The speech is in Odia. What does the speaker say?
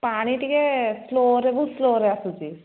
ପାଣି ଟିକେ ସ୍ଲୋରେ ବହୁତ ସ୍ଲୋରେ ଆସୁଛି